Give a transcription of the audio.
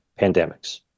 pandemics